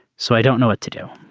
so i don't know what to do